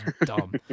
dumb